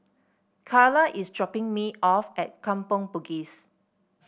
Charla is dropping me off at Kampong Bugis